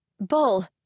Bull